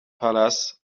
palace